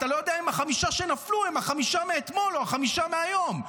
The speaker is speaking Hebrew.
אתה לא יודע אם החמישה שנפלו הם החמישה מאתמול או החמישה מהיום.